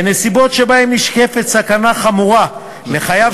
בנסיבות שבהן נשקפת סכנה חמורה לחייו